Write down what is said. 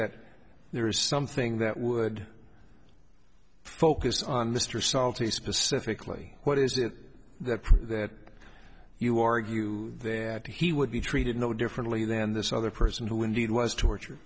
that there is something that would focus on lister salty specifically what is it that you argue there that he would be treated no differently than this other person who indeed was torture